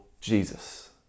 Jesus